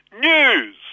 news